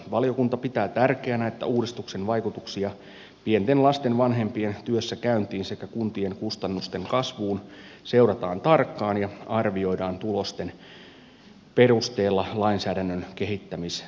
valiokunta pitää tärkeänä että uudistuksen vaikutuksia pienten lasten vanhempien työssäkäyntiin sekä kuntien kustannusten kasvuun seurataan tarkkaan ja arvioidaan tulosten perusteella lainsäädännön kehittämistarpeet